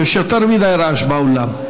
יש יותר מדי רעש באולם.